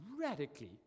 radically